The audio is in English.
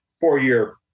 four-year